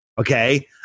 Okay